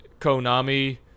Konami